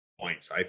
points